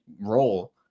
role